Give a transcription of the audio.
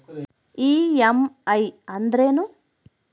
EMI ಅಂದ್ರೇನು?